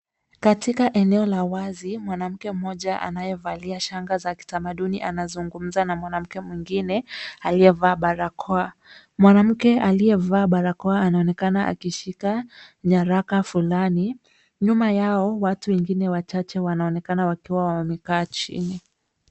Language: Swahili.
Katika eneo la wazi mwanamke mmoja anayevalia shanga za kitamaduni anazungumza na mwanamke mwingine aliyevaa barakoa. Mwanamke aliyevaa barakoa anaonekana akishika nyaraka fulani. Nyuma yao watu wengine wachache wanaonekana wakiwa wamekaa chini.